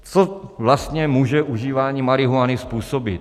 Co vlastně může užívání marihuany způsobit?